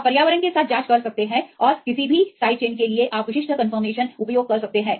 आप पर्यावरण के साथ जांच कर सकते हैं और किसी भी साइड चेन के लिए आप विशिष्ट कंफर्मेशन उपयोग कर सकते हैं